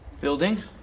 Building